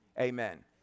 Amen